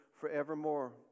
forevermore